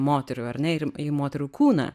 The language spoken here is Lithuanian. moterų ar ne ir į moterų kūną